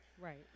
Right